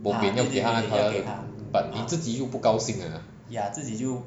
bo pian 要给他那个 colour but 你自己就不高兴 nah